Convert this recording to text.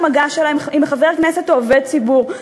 ומגע שלהן עם חבר כנסת או עובד ציבור,